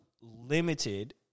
limited